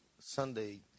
Sunday